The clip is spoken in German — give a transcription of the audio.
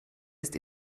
ist